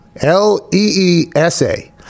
L-E-E-S-A